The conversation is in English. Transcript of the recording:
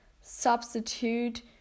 substitute